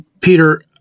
Peter